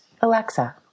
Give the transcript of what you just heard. Alexa